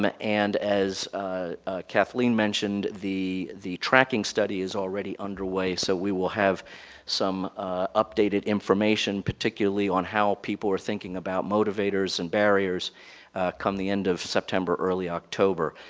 and as kathleen mentioned, the the tracking study is already underway so we will have some updated information, particularly on how people are thinking about motivators and barriers come the end of september, early october.